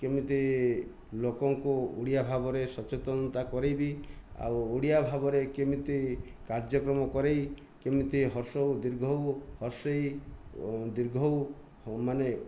କେମିତି ଲୋକଙ୍କୁ ଓଡ଼ିଆ ଭାବରେ ସଚେତନତା କରେଇବି ଆଉ ଓଡ଼ିଆ ଭାବରେ କେମିତି କାର୍ଯ୍ୟକ୍ରମ କରେଇ କେମିତି ହ୍ରର୍ଷ୍ୱ ଉ ଦୀର୍ଘ ଊ ହ୍ରର୍ଷ୍ୱ ଇ ଦୀର୍ଘ ଊ ମାନେ